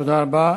תודה רבה.